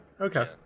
Okay